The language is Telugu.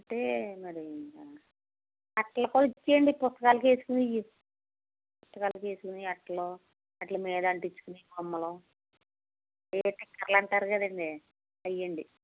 అంటే మరీ అట్టలు కూడా ఇచ్చేయండి పుస్తకాలకి వేసుకునేవి పుస్తకాలకు వేసుకునే అట్టలు వాటి మీద అంటించుకునే బొమ్మలు అవేవో స్టిక్కర్లు అంటారు కదండీ ఇవ్వండి